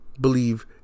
believe